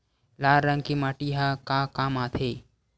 लाल रंग के माटी ह का काम आथे?